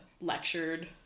lectured